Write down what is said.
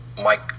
Mike